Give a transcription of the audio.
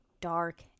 dark